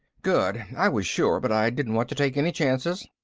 good. i was sure, but i didn't want to take any chances.